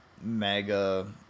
mega